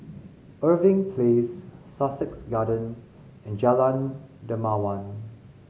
Irving Place Sussex Garden and Jalan Dermawan